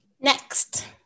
Next